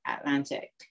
Atlantic